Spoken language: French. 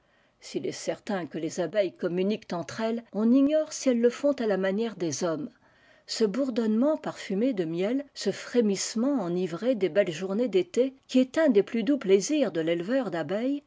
s'il est certain que les abeilles communiquent entre elles on ignore si elles le fontàla manière des hommes ce bourdonnement parfumé de miel ce frémissement enivré des belles journées d'été qui est un des plus doux plaisirs de l'éleveur d'abeilles